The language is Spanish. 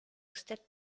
usted